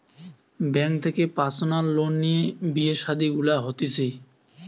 bank থেকে personal loan লিয়ে বিয়ে শাদী গুলা হতিছে